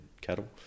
cattle